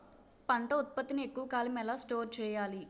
పంట ఉత్పత్తి ని ఎక్కువ కాలం ఎలా స్టోర్ చేయాలి?